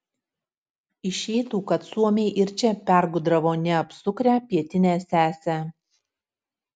išeitų kad suomiai ir čia pergudravo neapsukrią pietinę sesę